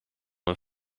hun